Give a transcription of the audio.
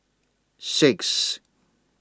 six